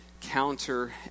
counter